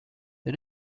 the